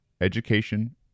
Education